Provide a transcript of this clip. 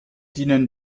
dienen